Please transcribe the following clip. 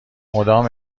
مدام